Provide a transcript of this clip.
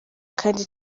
kandi